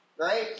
Right